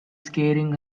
scaring